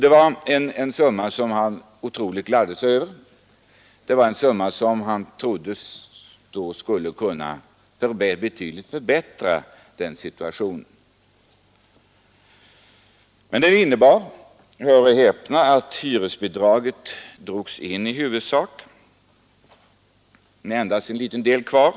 Det var en summa som han gladde sig otroligt över. Han trodde att den betydligt skulle kunna förbättra hans situation. Men denna livränta innebar, hör och häpna, att hyresbidraget drogs in i huvudsak; det blev endast en liten del kvar.